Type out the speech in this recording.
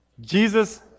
Jesus